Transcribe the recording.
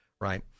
right